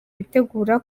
bitegura